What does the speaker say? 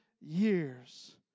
years